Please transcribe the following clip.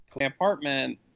Apartment